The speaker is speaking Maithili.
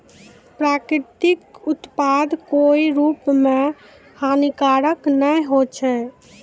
प्राकृतिक उत्पाद कोय रूप म हानिकारक नै होय छै